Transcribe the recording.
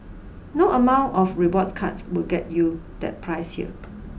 no amount of rewards cards will get you that price here